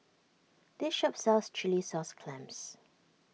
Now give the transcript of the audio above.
this shop sells Chilli Sauce Clams